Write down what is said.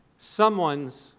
Someone's